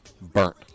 Burnt